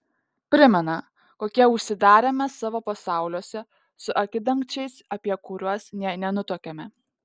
primena kokie užsidarę mes savo pasauliuose su akidangčiais apie kuriuos nė nenutuokiame